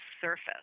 surface